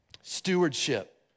Stewardship